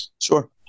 Sure